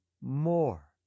more